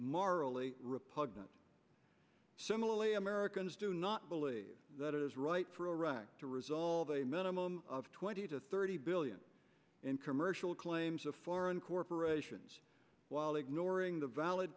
rly repugnant similarly americans do not believe that it is right for iraq to resolve a minimum of twenty to thirty billion in commercial claims of foreign corporations while ignoring the valid